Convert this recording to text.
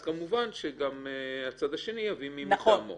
גם הצד השני יביא מישהו מטעמו.